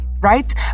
right